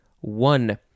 one